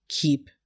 keep